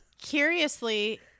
Curiously